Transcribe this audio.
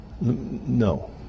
no